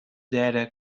data